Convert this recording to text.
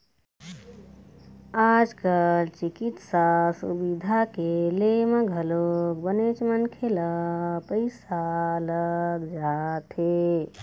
आज कल चिकित्सा सुबिधा के ले म घलोक बनेच मनखे ल पइसा लग जाथे